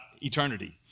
eternity